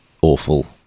awful